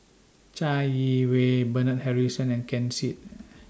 Chai Yee Wei Bernard Harrison and Ken Seet